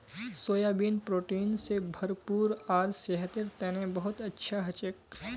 soybean protein स भरपूर आर सेहतेर तने बहुत अच्छा हछेक